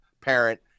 parent